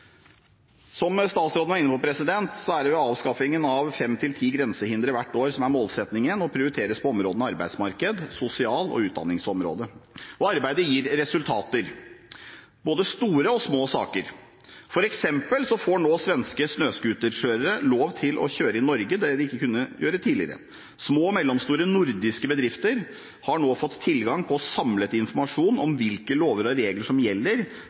Som statsråden var inne på, er det avskaffingen av fem–ti grensehindre hvert år som er målsettingen, og som prioriteres på arbeidsmarkedsområdet, sosialområdet og utdanningsområdet. Arbeidet gir resultater i både store og små saker. For eksempel får svenske snøscooterkjørere nå lov til å kjøre i Norge, noe de ikke kunne gjøre tidligere. Små og mellomstore nordiske bedrifter har nå fått tilgang til samlet informasjon om hvilke lover og regler som gjelder